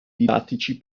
didattici